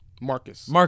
Marcus